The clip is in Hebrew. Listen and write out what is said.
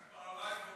חבל על הזמן.